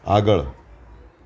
આગળ